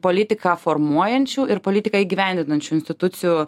politiką formuojančių ir politiką įgyvendinančių institucijų